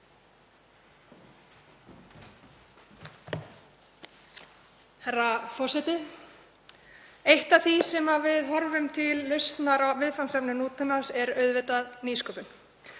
Herra forseti. Eitt af því sem við horfum til sem lausn á viðfangsefnum nútímans er auðvitað nýsköpun.